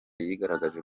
yigaragaje